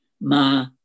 Ma